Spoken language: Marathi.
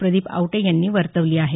प्रदीप आवटे यांनी वर्तवली आहे